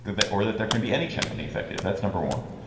that or that there can be any check on the executive. that's number one.